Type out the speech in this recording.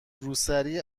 روسری